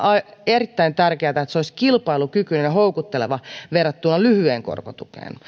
erittäin tärkeätä että se olisi kilpailukykyinen ja houkutteleva verrattuna lyhyeen korkotukeen